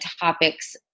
topics